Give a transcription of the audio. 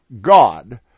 God